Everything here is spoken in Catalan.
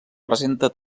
presenta